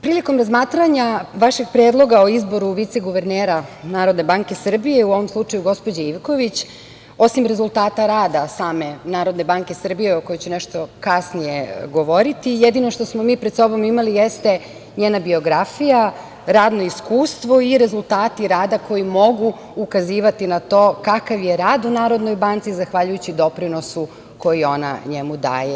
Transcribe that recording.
Prilikom razmatranja vašeg predloga o izboru viceguvernera NBS, u ovom slučaju gospođe Ivković, osim rezultata rada same NBS, o kojoj ću nešto kasnije govoriti, jedino što smo mi pred sobom imali jeste njena biografija, radno iskustvo i rezultati rada koji mogu ukazivati na to kakav je rad u NBS, zahvaljujući doprinosu koji ona njemu daje.